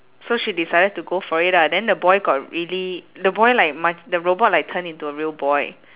so she decided to go for it ah then the boy got really the boy like ma~ the robot like turn into a real boy